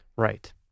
Right